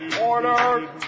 Order